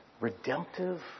Redemptive